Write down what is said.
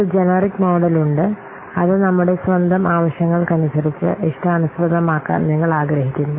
ഒരു generic model ഉണ്ട് അത് നമ്മുടെ സ്വന്തം ആവശ്യങ്ങൾക്കനുസരിച്ച് ഇഷ്ടാനുസൃതമാക്കാൻ നിങ്ങൾ ആഗ്രഹിക്കുന്നു